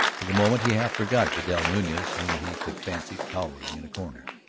for the moment he half forgot vidal nunez whom he could fancy cowering in a corner.